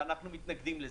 ואנו מתנגדים לזה.